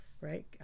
Right